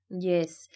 Yes